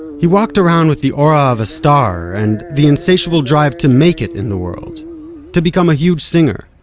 he walked around with the aura of a star and the insatiable drive to make it in the world to become a huge singer.